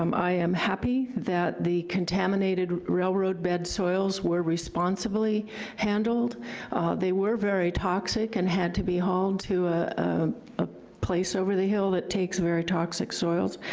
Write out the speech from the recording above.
um i am happy that the contaminated railroad bed soils were responsibly handled they were very toxic, and had to be hauled to a place over the hill that takes very toxic soils,